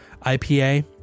IPA